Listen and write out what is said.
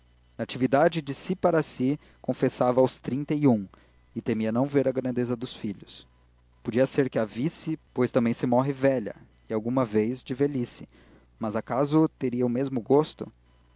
natividade de si para si confessava os trinta e um e temia não ver a grandeza dos filhos podia ser que a visse pois também se morre velha e alguma vez de velhice mas acaso teria o mesmo gosto